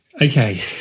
Okay